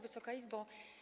Wysoka Izbo!